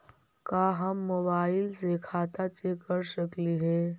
का हम मोबाईल से खाता चेक कर सकली हे?